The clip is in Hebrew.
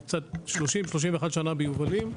31 שנה ביובלים.